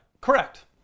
Correct